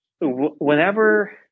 whenever